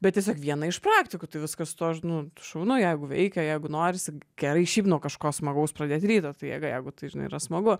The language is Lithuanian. bet tiesiog viena iš praktikų tai viskas tuoir nu šaunu jeigu veikia jeigu norisi gerai šiaip nuo kažko smagaus pradėt rytą tai jėga jeigu tai žinai yra smagu